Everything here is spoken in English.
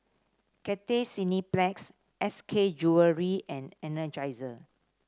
Cathay Cineplex S K Jewellery and Energizer